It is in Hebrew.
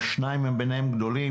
או שניים מביניהם גדולים,